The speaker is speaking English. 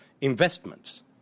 investments